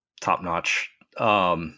top-notch